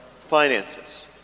finances